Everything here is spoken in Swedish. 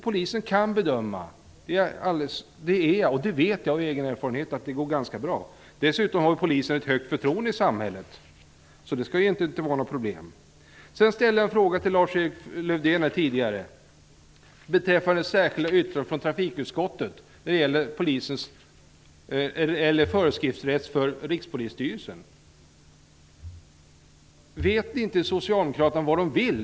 Polisen kan bedöma. Jag vet av egen erfarenhet att det går ganska bra. Dessutom är förtroendet för polisen stort i samhället. Det skall alltså inte vara några problem. Jag ställde tidigare en fråga till Lars-Erik Lövdén om trafikutskottets yttrande om föreskriftsrätt för Rikspolisstyrelsen. Vet inte socialdemokraterna vad de vill?